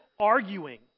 arguing